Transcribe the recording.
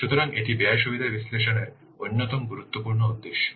সুতরাং এটি ব্যয় সুবিধা বিশ্লেষণের অন্যতম গুরুত্বপূর্ণ উদ্দেশ্য